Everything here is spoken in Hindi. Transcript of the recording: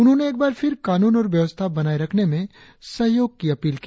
उन्होंन एक बार फिर कानून और व्यवस्था बनाए रखने मे सहयोग की अपील की